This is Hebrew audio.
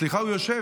סליחה, הוא יושב.